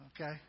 okay